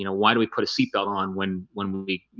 you know why do we put a seat belt on when when when we,